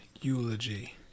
eulogy